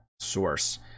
source